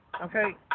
okay